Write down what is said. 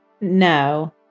No